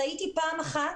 טעיתי פעם אחת,